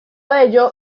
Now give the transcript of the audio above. ello